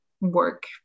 work